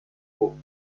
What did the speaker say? mots